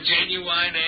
genuine